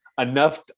enough